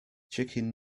chicken